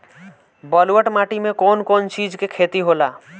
ब्लुअट माटी में कौन कौनचीज के खेती होला?